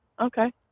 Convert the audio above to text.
Okay